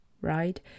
right